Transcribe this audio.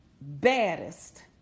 baddest